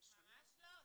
--- ממש לא.